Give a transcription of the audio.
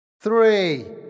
Three